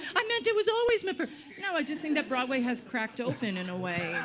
i meant, it was always meant for no, i just think that broadway has cracked open in a way